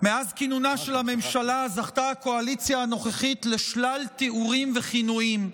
מאז כינונה של הממשלה זכתה הקואליציה הנוכחית לשלל תיאורים וכינויים.